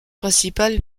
principal